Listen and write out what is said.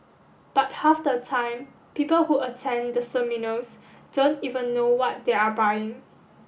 but half the time people who attend the seminars don't even know what they are buying